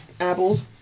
Apples